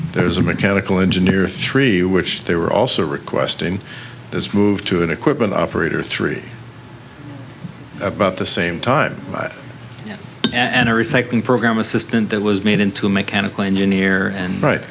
there's a mechanical engineer three which they were also requesting this moved to an equipment operator three about the same time and a recycling program assistant that was made into a mechanical engineer and right